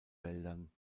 wäldern